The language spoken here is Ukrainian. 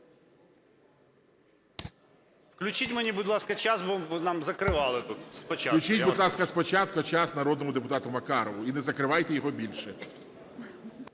Включіть мені, будь ласка, час, бо нам закривали тут спочатку. ГОЛОВУЮЧИЙ. Включіть, будь ласка, спочатку час народному депутату Макарову. І не закривайте його більше.